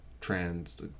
trans